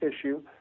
issue